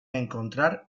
encontrar